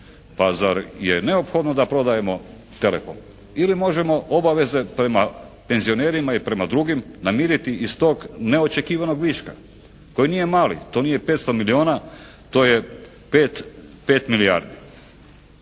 pa zar je neophodno da prodajemo Telekom? Ili možemo obaveze prema penzionerima ili prema drugim namiriti iz tog neočekivanog viška? To nije mali, to nije 500 milijuna, to je 5 milijardi.